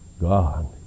God